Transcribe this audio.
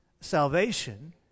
salvation